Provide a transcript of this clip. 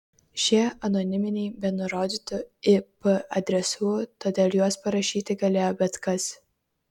šie anoniminiai be nurodytų ip adresų todėl juos parašyti galėjo bet kas